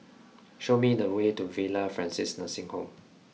show me the way to Villa Francis Nursing Home